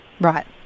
right